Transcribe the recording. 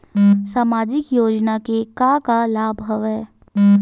सामाजिक योजना के का का लाभ हवय?